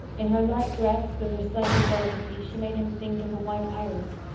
in her light dress, with her slender delicacy, she made him think of a white iris.